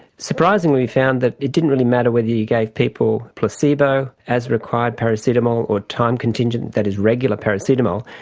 surprisingly we found that it didn't really matter whether you gave people placebo, as required paracetamol, or time contingent, that is regular paracetamol,